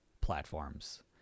platforms